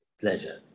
Pleasure